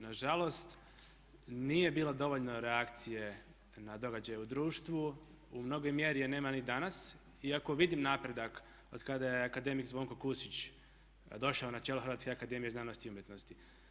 Nažalost, nije bilo dovoljno reakcije na događaje u društvu, u mnogoj mjeri je nema ni danas iako vidim napredak otkada je akademik Zvonko Kusić došao na čelo Hrvatske akademije znanosti i umjetnosti.